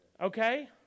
Okay